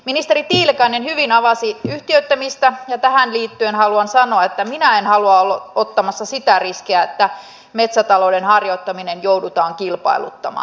ministeri tiilikainen hyvin avasi yhtiöittämistä ja tähän liittyen haluan sanoa että minä en halua olla ottamassa sitä riskiä että metsätalouden harjoittaminen joudutaan kilpailuttamaan